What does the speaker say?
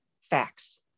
facts